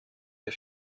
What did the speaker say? der